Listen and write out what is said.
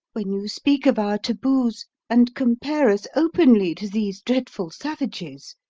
when you speak of our taboos and compare us openly to these dreadful savages.